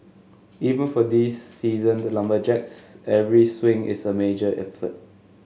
even for these seasoned lumberjacks every swing is a major effort